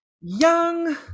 young